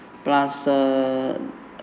plus err